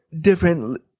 different